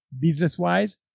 business-wise